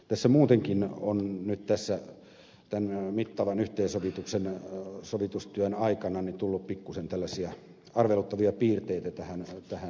tässä muutenkin on nyt tämän mittavan yhteensovitustyön aikana tullut pikkuisen tällaisia arveluttavia piirteitä tähän lakiesitykseen